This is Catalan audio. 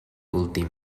últim